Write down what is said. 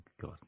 God